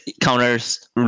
counters